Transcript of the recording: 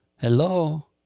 Hello